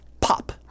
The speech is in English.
pop